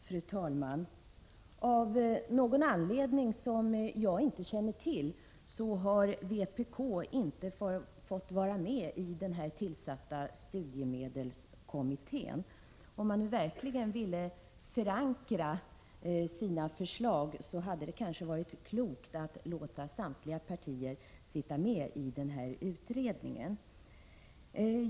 Fru talman! Av någon anledning, som jag inte känner till, har vpk inte fått vara med i studiemedelskommittén — om regeringen verkligen hade velat förankra sina förslag hade det kanske varit klokt att låta samtliga partier representeras i utredningen.